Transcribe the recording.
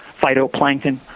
phytoplankton